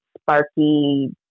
sparky